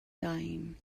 dying